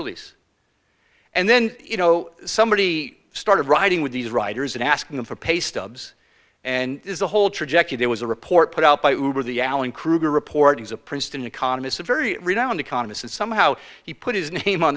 release and then you know somebody started writing with these writers and asking them for pay stubs and there's a whole trajectory there was a report put out by the alan krueger reportings a princeton economist a very renowned economist and somehow he put his name on